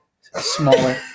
smaller